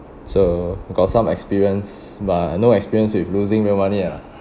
so got some experience mah no experience with losing real money ah